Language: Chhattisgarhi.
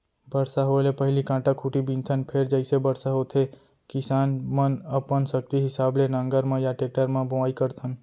बरसा होए ले पहिली कांटा खूंटी बिनथन फेर जइसे बरसा होथे किसान मनअपन सक्ति हिसाब ले नांगर म या टेक्टर म बोआइ करथन